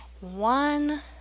one